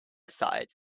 aside